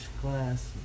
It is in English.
class